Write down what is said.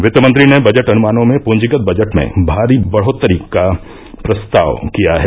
वित्तमंत्री ने बजट अनुमानों में पूंजीगत बजट में भारी बढ़ोतरी का प्रस्ताव किया है